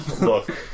Look